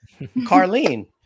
Carlene